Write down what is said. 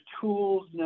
tools